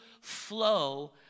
flow